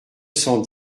cent